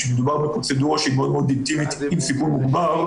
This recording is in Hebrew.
כשמדובר בפרוצדורה מאוד אינטימית עם סיכון מוגבר,